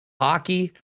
hockey